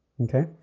Okay